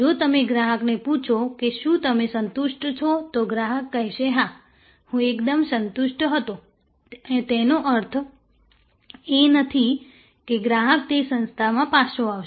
જો તમે ગ્રાહકને પૂછો કે શું તમે સંતુષ્ટ છો તો ગ્રાહક કહેશે હા હું એકદમ સંતુષ્ટ હતો તેનો અર્થ એ નથી કે ગ્રાહક તે સંસ્થામાં પાછો આવશે